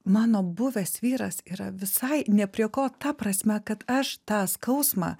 mano buvęs vyras yra visai ne prie ko ta prasme kad aš tą skausmą